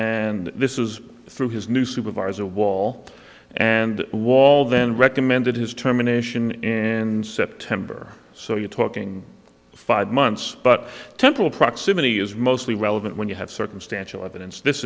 and this is through his new supervisor wall and wall then recommended his terminations and september so you're talking five months but temporal proximity is mostly relevant when you have circumstantial evidence this